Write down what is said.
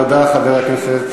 תודה, חבר הכנסת.